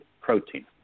Protein